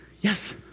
Yes